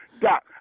Doc